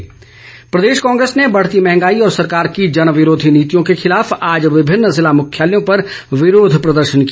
कांग्रेस प्रदेश कांग्रेस ने बढ़ती मंहगाई और सरकार की जनविरोधी नीतियों के खिलाफ आज विभिन्न जिला मुख्यालयों पर विरोध प्रदर्शन किया